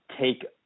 take